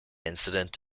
incident